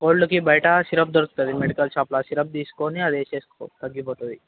కోల్డ్కి బయట సిరప్ దొరుకుతుంది మెడికల్ షాప్లో ఆ సిరప్ తీసుకుని అదేసేసుకో తగ్గిపోతుంది